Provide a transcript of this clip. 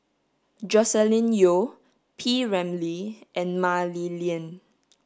Joscelin Yeo P Ramlee and Mah Li Lian